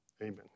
Amen